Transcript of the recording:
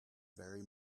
very